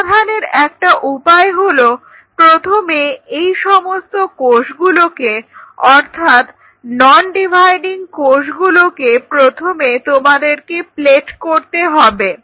সমাধানের একটা উপায় হল প্রথমে এই সমস্ত কোষগুলোকে অর্থাৎ নন ডিভাইডিং কোষগুলোকে প্রথমে তোমাদেরকে প্লেট করতে হবে